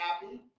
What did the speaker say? happy